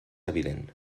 evident